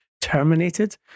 terminated